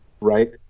Right